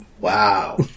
Wow